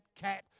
cat